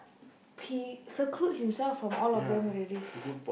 he seclude himself from all of them already